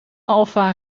alfa